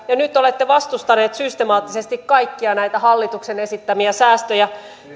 ja nyt olette vastustaneet systemaattisesti kaikkia näitä hallituksen esittämiä säästöjä